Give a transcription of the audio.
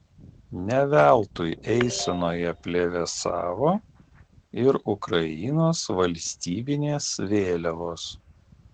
ne veltui eisenoje plevėsavo ir ukrainos valstybinės vėliavos